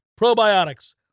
probiotics